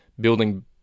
building